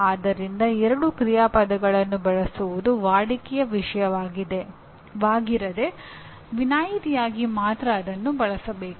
ಆದ್ದರಿಂದ ಎರಡು ಕ್ರಿಯಾಪದಗಳನ್ನು ಬಳಸುವುದು ವಾಡಿಕೆಯ ವಿಷಯವಾಗಿರದೆ ವಿನಾಯಿತಿಯಾಗಿ ಮಾತ್ರ ಬಳಸಬೇಕು